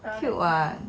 cute [what]